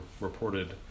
reported